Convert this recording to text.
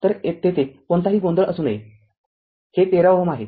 तरतेथे कोणताही गोंधळ असू नये आणि हे r १३ Ω आहे